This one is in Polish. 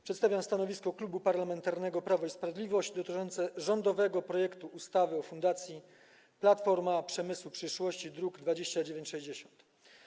Przedstawiam stanowisko Klubu Parlamentarnego Prawo i Sprawiedliwość dotyczące rządowego projektu ustawy o Fundacji Platforma Przemysłu Przyszłości, druk nr 2960.